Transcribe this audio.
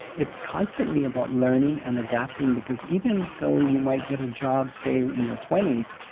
it's constantly about learning and adapting because even though you might get a job, say, in your twenty s,